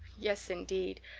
yes, indeed.